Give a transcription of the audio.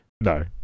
No